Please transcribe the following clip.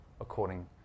according